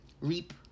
Reap